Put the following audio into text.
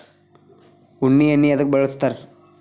ಉಣ್ಣಿ ಎಣ್ಣಿ ಎದ್ಕ ಬಳಸ್ತಾರ್?